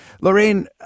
Lorraine